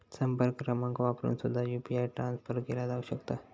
संपर्क क्रमांक वापरून सुद्धा यू.पी.आय ट्रान्सफर केला जाऊ शकता